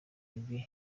bigwi